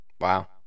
Wow